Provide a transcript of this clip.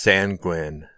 Sanguine